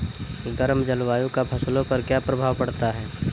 गर्म जलवायु का फसलों पर क्या प्रभाव पड़ता है?